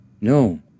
No